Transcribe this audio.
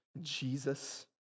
Jesus